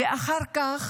ואחר כך